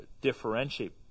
differentiate